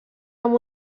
amb